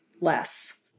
less